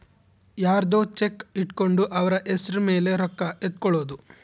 ಯರ್ದೊ ಚೆಕ್ ಇಟ್ಕೊಂಡು ಅವ್ರ ಹೆಸ್ರ್ ಮೇಲೆ ರೊಕ್ಕ ಎತ್ಕೊಳೋದು